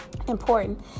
important